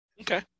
okay